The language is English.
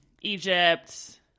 Egypt